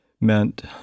meant